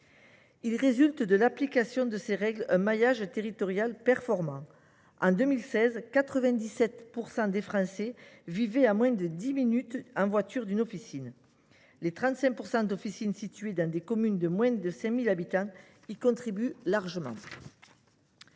Il résulte de l’application de ces règles un maillage territorial performant : en 2016, 97 % des Français vivaient à moins de dix minutes en voiture d’une officine. Les 35 % d’officines situées dans des communes de moins de 5 000 habitants y contribuent largement.